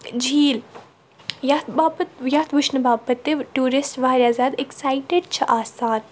جِیٖل یَتھ باپَتھ یَتھ وٕچھنہٕ باپَتھ ٹوٗرِسٹ واریاہ زِیادٕ ایٚکسایِٹِڈ چھِ آسان